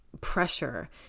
pressure